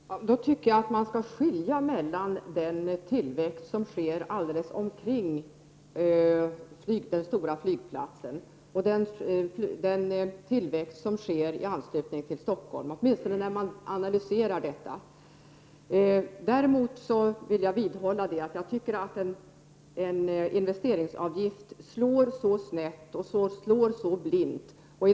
Herr talman! Jag tycker i så fall att man skall skilja mellan den tillväxt som sker omkring den stora flygplatsen och den tillväxt som sker i anslutning till Stockholm, åtminstone när man analyserar detta. Däremot vill jag vidhålla att jag tycker att en investeringsavgift slår snett och blint.